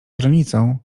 granicą